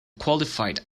qualified